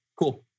Cool